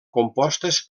compostes